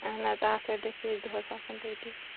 اَہَن حظ آتھوارِ دۅہ چھِ أسۍ دۅہس آسان تَتی